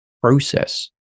process